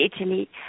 Italy